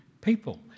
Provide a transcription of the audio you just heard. people